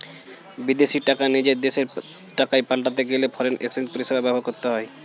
বিদেশী টাকা নিজের দেশের টাকায় পাল্টাতে গেলে ফরেন এক্সচেঞ্জ পরিষেবা ব্যবহার করতে হয়